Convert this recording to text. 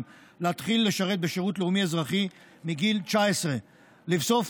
להתחיל לשרת בשירות לאומי-אזרחי מגיל 19. לבסוף,